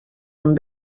amb